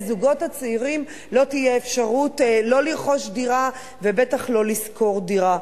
לזוגות הצעירים לא תהיה אפשרות לא לרכוש דירה ובטח לא לשכור דירה.